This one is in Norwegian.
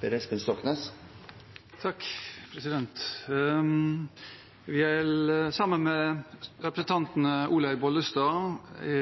Per Espen Stoknes vil fremsette et representantforslag. På vegne av representantene Olaug V. Bollestad,